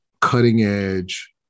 cutting-edge